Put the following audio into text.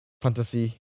fantasy